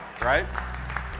right